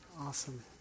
Awesome